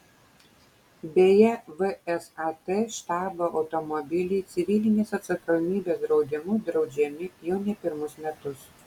beje vsat štabo automobiliai civilinės atsakomybės draudimu draudžiami jau ne pirmus metus